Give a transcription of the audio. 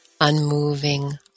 unmoving